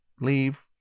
leave